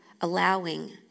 allowing